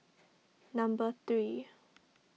number three